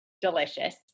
delicious